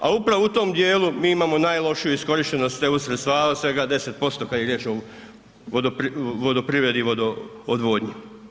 A upravo u tom dijelu mi imamo najlošiju iskorišten eu sredstava svega 10% kada je riječ o vodoprivredi i vodo odvodnji.